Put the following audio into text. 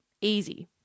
Easy